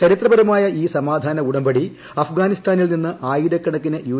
ചരിത്രപരമായ ഈ സമാധാന ഉടമ്പടി അഫ്ഗാനിസ്ഥാനിൽ നിന്ന് ആയിരക്കണക്കിന് യു